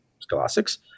scholastics